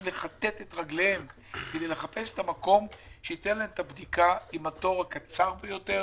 לחפש מקום שייתן להם את הבדיקה עם התור הקצר ביותר